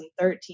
2013